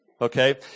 Okay